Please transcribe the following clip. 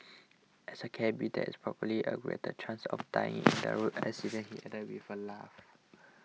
as a cabby there is probably a greater chance of dying in a road accident he added with a laugh